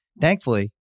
Thankfully